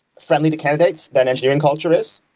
friendly to candidates than engineering culture is.